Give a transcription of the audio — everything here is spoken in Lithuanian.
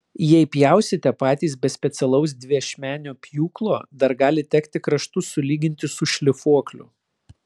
jei pjausite patys be specialaus dviašmenio pjūklo dar gali tekti kraštus sulyginti su šlifuokliu